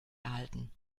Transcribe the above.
erhalten